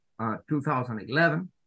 2011